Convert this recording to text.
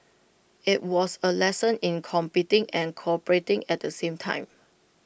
IT was A lesson in competing and cooperating at the same time